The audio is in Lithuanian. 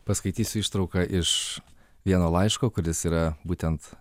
paskaitysiu ištrauką iš vieno laiško kuris yra būtent